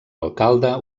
alcalde